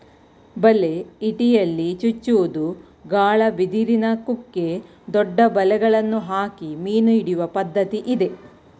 ಬಲೆ, ಇಟಿಯಲ್ಲಿ ಚುಚ್ಚುವುದು, ಗಾಳ, ಬಿದಿರಿನ ಕುಕ್ಕೆ, ದೊಡ್ಡ ಬಲೆಗಳನ್ನು ಹಾಕಿ ಮೀನು ಹಿಡಿಯುವ ಪದ್ಧತಿ ಇದೆ